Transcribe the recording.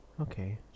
Okay